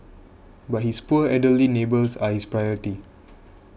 but his poor elderly neighbours are his priority